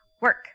Work